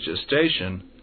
gestation